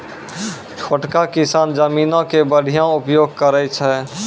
छोटका किसान जमीनो के बढ़िया उपयोग करै छै